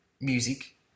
music